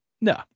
no